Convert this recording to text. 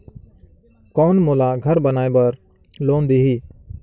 कौन मोला घर बनाय बार लोन देही?